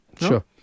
Sure